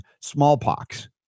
smallpox